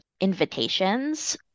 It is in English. invitations